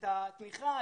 את התמיכה,